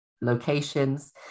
locations